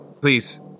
Please